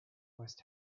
west